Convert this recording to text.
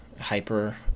hyper